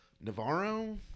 navarro